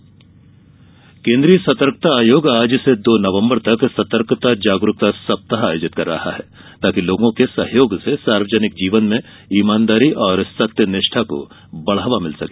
सतर्कता सप्ताह केन्द्रीय सतर्कता आयोग आज से दो नवम्बर तक सतर्कता जागरूकता सप्ताह आयोजित कर रहा है ताकि लोगों के सहयोग से सार्वजनिक जीवन में ईमानदारी और सत्य निष्ठा़ को बढ़ावा मिल सके